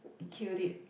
killed it